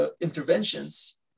interventions